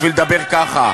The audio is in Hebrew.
בשביל לדבר ככה.